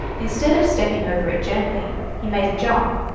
instead of stepping over it gently, he made a jump,